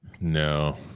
no